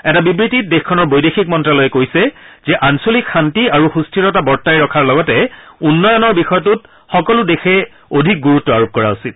এটা বিবৃতিত দেশখনৰ বৈদেশিক মন্ত্যালয়ে কৈছে যে আঞ্চলিক শান্তি আৰু সুস্থিৰতা বৰ্তাই ৰখাৰ লগতে উন্নয়নৰ বিষয়টোত সকলো দেশে অধিক গুৰুত্ব আৰোপ কৰা উচিত